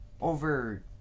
over